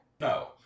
No